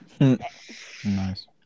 Nice